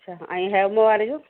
अच्छा ऐं हैवमोर वारे जो